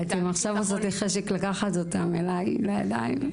אתן עכשיו עושות לי חשק לקחת אותם אליי לידיים.